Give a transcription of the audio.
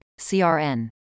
CRN